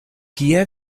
kie